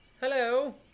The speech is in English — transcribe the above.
Hello